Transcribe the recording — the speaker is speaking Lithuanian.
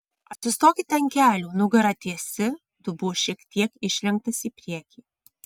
atsistokite ant kelių nugara tiesi dubuo šiek tiek išlenktas į priekį